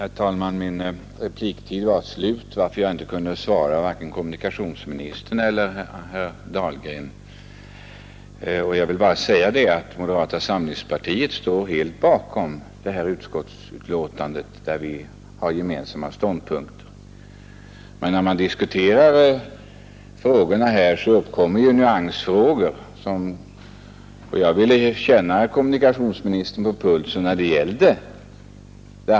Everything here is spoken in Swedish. Herr talman! Min repliktid var slut varför jag inte kunde svara vare sig kommunikationsministern eller herr Dahlgren. Jag vill bara säga att moderata samlingspartiet står helt bakom detta utskottsbetänkande, där vi har gemensamma ståndpunkter. Men när man diskuterar frågorna här uppkommer nyanser, och jag ville känna kommunikationsministern på pulsen.